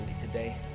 today